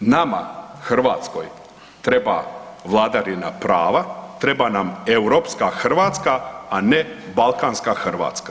Nama Hrvatskoj treba vladavina prava, treba nam europska Hrvatska, a ne balkanska Hrvatska.